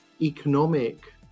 economic